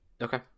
Okay